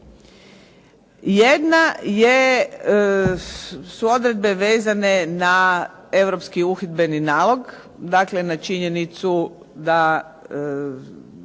Jedna jesu odredbe vezane na Europski uhidbeni nalog, dakle na činjenicu da